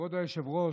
כבוד היושב-ראש,